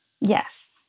Yes